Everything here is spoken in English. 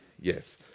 Yes